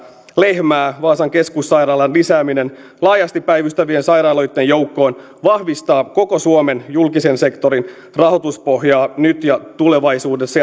lehmää vaasan keskussairaalan lisääminen laajasti päivystävien sairaaloitten joukkoon vahvistaa koko suomen julkisen sektorin rahoituspohjaa nyt ja tulevaisuudessa